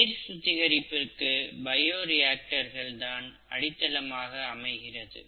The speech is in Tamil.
நீர் சுத்திகரிப்புக்கு பயோரியாக்டர்கள் அடித்தளமாக அமைகிறது